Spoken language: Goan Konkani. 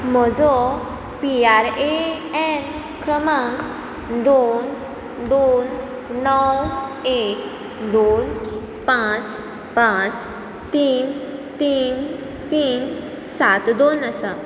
म्हजो पीआरएएन क्रमांक दोन दोन णव एक दोन पांच पांच तीन तीन तीन सात दोन आसा